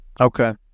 Okay